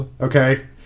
okay